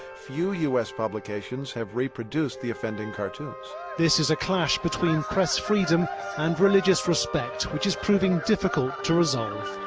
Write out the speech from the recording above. few u s. publications have reproduced the offending cartoons this is a clash between press freedom and religious respect, which is proving difficult to resolve